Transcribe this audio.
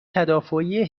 تدافعی